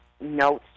notes